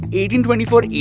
1824